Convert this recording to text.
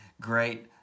great